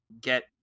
get